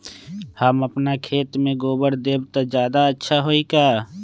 हम अपना खेत में गोबर देब त ज्यादा अच्छा होई का?